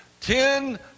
ten